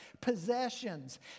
possessions